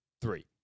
three